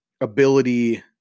ability